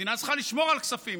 המדינה צריכה לשמור על כספים.